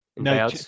No